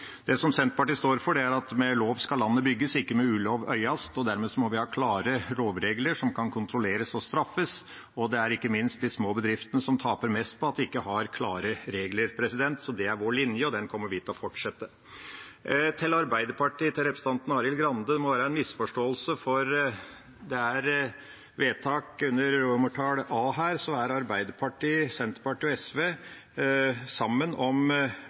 Det Senterpartiet står for, er at «med lov skal landet bygges, og ikke med ulov ødes», og dermed må vi ha klare lovregler som gjør at man kan kontrollere og straffe. Og det er ikke minst de små bedriftene som taper mest på at man ikke har klare regler. Det er vår linje, og den kommer vi til å fortsette. Til Arbeiderpartiet og representanten Arild Grande: Det må være en misforståelse, for når det gjelder forslag til vedtak under A, er Arbeiderpartiet, Senterpartiet og SV sammen om